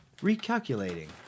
recalculating